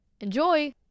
enjoy